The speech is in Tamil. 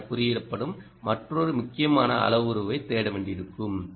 ஆர் என குறிப்பிடப்படும் மற்றொரு முக்கியமான அளவுருவைத் தேட வேண்டியிருக்கும்